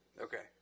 Okay